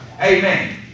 Amen